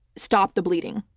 stop the bleeding.